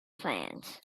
fans